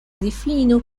difino